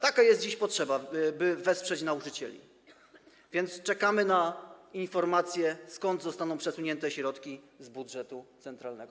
Taka jest dziś potrzeba, by wesprzeć nauczycieli, więc czekamy na informację, skąd zostaną przesunięte środki z budżetu centralnego.